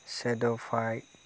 said' फाइड